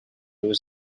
was